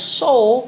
soul